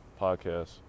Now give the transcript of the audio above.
podcast